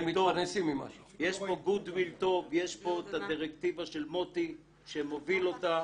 יש פה את הדירקטיבה של מוטי שמוביל אותה